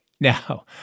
Now